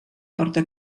porta